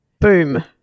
Boom